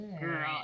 girl